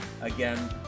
Again